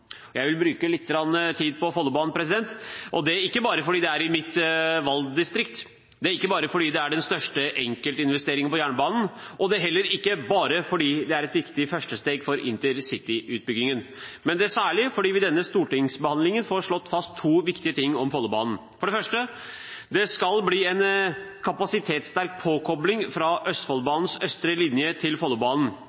Sørlandsbanen. Så vil jeg bruke litt tid på Follobanen, ikke bare fordi det er i mitt valgdistrikt, ikke bare fordi det er den største enkeltinvesteringen på jernbanen, og heller ikke bare fordi det er et viktig førstesteg for intercity-utbyggingen, men særlig fordi vi i denne stortingsbehandlingen får slått fast to viktige ting om Follobanen. For det første: Det skal bli en kapasitetssterk påkobling fra